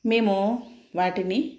మేము వాటిని